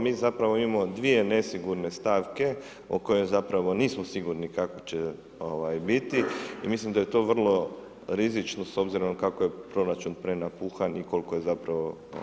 Mi zapravo imamo dvije nesigurne stavke o kojima zapravo nismo sigurni kako će biti i mislim da je to vrlo rizično s obzirom kako je proračun prenapuhan i koliko je zapravo.